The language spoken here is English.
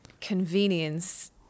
convenience